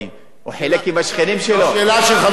השאלה של חבר הכנסת מוזס היא הרבה יותר,